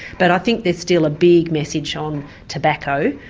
but i think there's still a big message on tobacco.